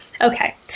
Okay